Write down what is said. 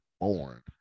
born